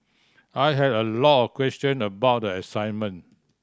I had a lot of questions about the assignment